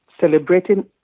celebrating